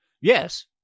yes